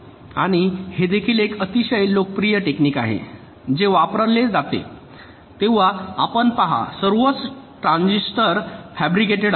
आणि हे देखील एक अतिशय लोकप्रिय टेक्निक आहे जे वापरले जाते तेव्हा आपण पहा सर्वाच ट्रान्झिस्टर फॅब्रिकेटेड असतात